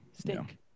stink